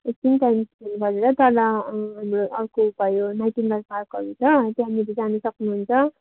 एकछिन time spend गरेर तल अर्को भयो नाइटिङगल पार्कहरू छ त्यहाँनेर जानु सक्नु हुन्छ